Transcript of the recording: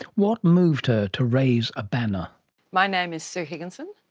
what moved her to raise a banner my name is sue higginson,